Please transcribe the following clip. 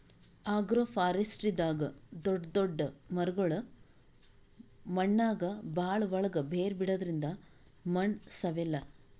ಅಗ್ರೋಫಾರೆಸ್ಟ್ರಿದಾಗ್ ದೊಡ್ಡ್ ದೊಡ್ಡ್ ಮರಗೊಳ್ ಮಣ್ಣಾಗ್ ಭಾಳ್ ಒಳ್ಗ್ ಬೇರ್ ಬಿಡದ್ರಿಂದ್ ಮಣ್ಣ್ ಸವೆಲ್ಲಾ